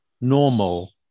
normal